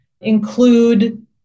include